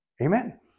Amen